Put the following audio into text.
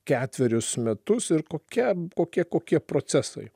ketverius metus ir kokia kokie kokie procesai